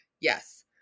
Yes